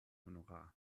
honorar